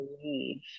believe